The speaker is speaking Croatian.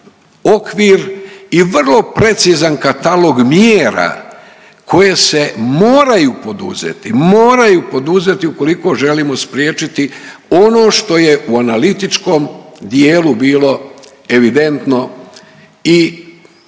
i vrlo precizan katalog mjera koje se moraju poduzeti, moraju poduzeti ukoliko želimo spriječiti ono što je u analitičkom dijelu bilo evidentno i na